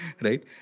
right